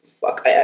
fuck